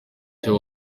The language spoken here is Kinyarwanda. icyo